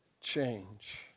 change